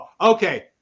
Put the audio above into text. okay